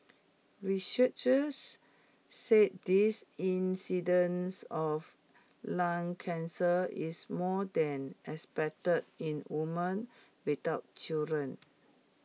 researchers said this incidence of lung cancer is more than expected in woman without children